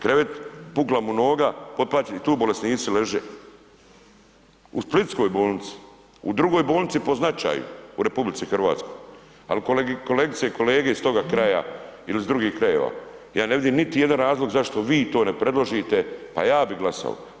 Krevet pukla mu noga, tu bolesnici leže u Splitskoj bolnici u drugoj bolnici po značaju u RH, ali kolegice i kolege iz toga kraja ili iz drugih krajeva, ja ne vidim niti jedan razlog zašto vi to ne predložite pa ja bih glasao.